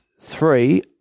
three